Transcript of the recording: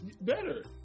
Better